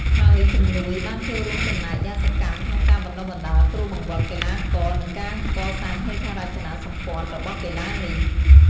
ហើយជំនួយ បានចូលរួមចំណែកយ៉ាងសកម្មក្នុងការបណ្តុះបណ្តាលគ្រូបង្វឹក កីឡាករ និងការកសាងហេដ្ឋារចនាសម្ព័ន្ធរបស់កីឡានេះ។